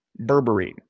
berberine